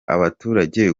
abaturage